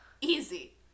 easy